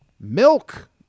Milk